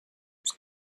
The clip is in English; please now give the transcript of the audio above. was